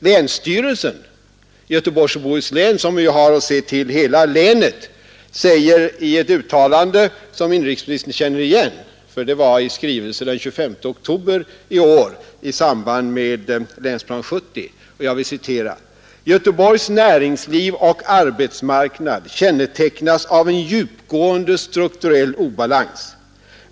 Länsstyrelsen i Göteborgs och Bohus län, som ju har att se till hela länet, säger i ett uttalande, som inrikesministern känner igen, eftersom det gjordes i en skrivelse av den 25 oktober i år i samband med Länsplan 70: ”Göteborgs näringsliv och arbetsmarknad kännetecknas av en djupgående strukturell obalans.